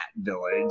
Village